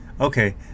Okay